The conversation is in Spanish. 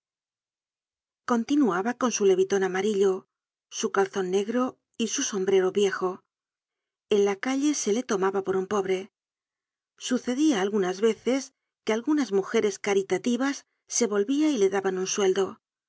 continuaba con su leviton amarillo su calzon negro y su sombrero viejo en la calle se le tomaba por un pobre sucedia algunas veces que content from google book search generated at algunas mujeres caritativas se volviap y le daban un sueldo